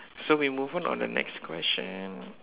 so we move on on the next question